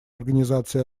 организация